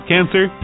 Cancer